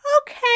Okay